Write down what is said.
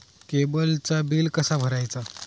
केबलचा बिल कसा भरायचा?